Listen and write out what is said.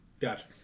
Gotcha